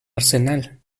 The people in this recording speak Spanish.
arsenal